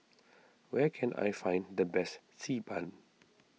where can I find the best Xi Ban